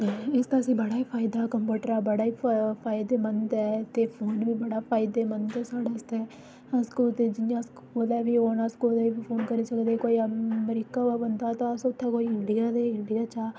इसदा असें बड़ा गै फायदा कंप्यूटर दा बड़ा ई फायदेमंद ऐ ते फोन बी बड़ा फायदेमंद साढ़े आस्तै अस कुतै जियां अस कुतै बी होन कुतै बी फोन करी सकदे कोई अमेरिका होऐ बंदा तां उत्थै कोई इंडिया दे ते इंडिया चा